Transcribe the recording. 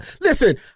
listen